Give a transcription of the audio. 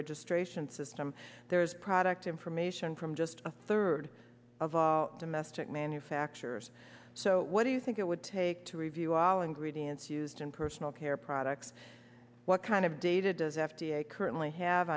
registration system there is product information from just a third of all domestic manufacturers so what do you think it would take to review all ingredients used in personal care products what kind of data does f d a currently have